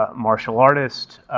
ah martial artist,